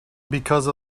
because